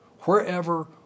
wherever